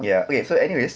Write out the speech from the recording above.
ya okay so anyway